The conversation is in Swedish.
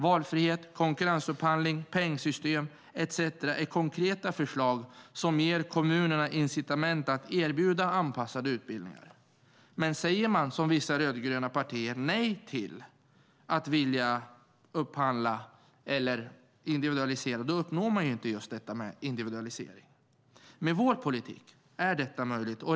Valfrihet, konkurrensupphandling, pengsystem etcetera är konkreta förslag som ger kommunerna incitament att erbjuda anpassade utbildningar. Men säger man, som vissa rödgröna partier, nej till att vilja upphandla eller individualisera uppnår man inte heller individualisering. Med vår politik är detta möjligt.